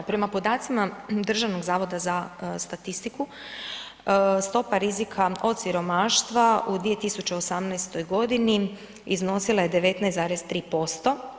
Prema podacima Državnog zavoda za statistiku stopa rizika od siromaštva u 2018. godini iznosila je 19,3%